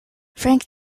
frank